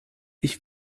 ich